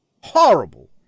Horrible